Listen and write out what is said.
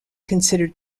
considered